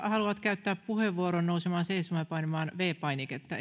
haluavat käyttää puheenvuoron nousemaan seisomaan ja painamaan viides painiketta